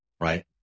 right